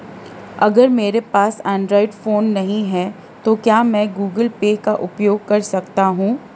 अगर मेरे पास एंड्रॉइड फोन नहीं है तो क्या मैं गूगल पे का उपयोग कर सकता हूं?